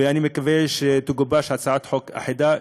ואני מקווה שתגובש הצעת חוק אחידה,